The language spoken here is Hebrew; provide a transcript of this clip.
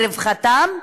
מרווחתם.